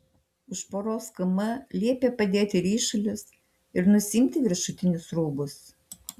už poros km liepė padėti ryšulius ir nusiimti viršutinius rūbus